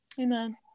amen